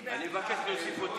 אני מבקש להוסיף אותי.